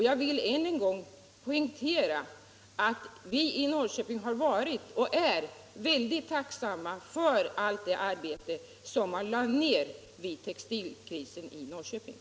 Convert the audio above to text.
Jag vill än en gång poängtera att vi i Norrköping har varit och är väldigt tacksamma för allt det arbete man lade ner i det sammanhanget.